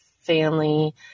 family